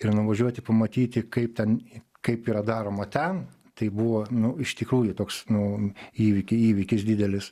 ir nuvažiuoti pamatyti kaip ten kaip yra daroma ten tai buvo nu iš tikrųjų toks nu įvyki įvykis didelis